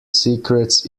secrets